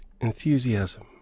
enthusiasm